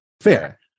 fair